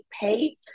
pay